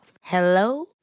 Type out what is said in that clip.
Hello